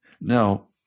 Now